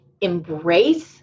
Embrace